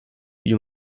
wie